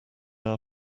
our